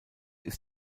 ist